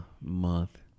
month